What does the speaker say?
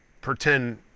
pretend